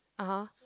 (uh huh)